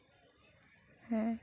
ᱦᱮᱸ